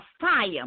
fire